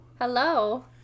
Hello